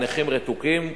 לנכים רתוקים.